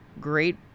great